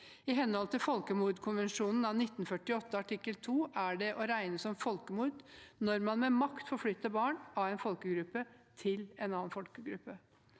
I henhold til folkemordkonvensjonen av 1948, artikkel II, er det å regne som folkemord når man med makt forflytter barn av en folkegruppe til en annen folkegruppe.